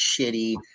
shitty